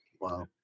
Wow